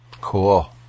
Cool